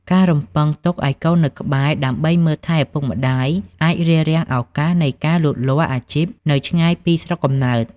ការរំពឹងទុកឱ្យកូននៅក្បែរដើម្បីមើលថែឪពុកម្តាយ អាចរារាំងឱកាសនៃការលូតលាស់អាជីពនៅឆ្ងាយពីស្រុកកំណើត។